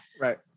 Right